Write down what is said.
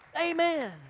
Amen